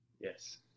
Yes